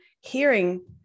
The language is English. hearing